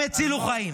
הם הצילו חיים.